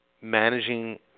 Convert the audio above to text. managing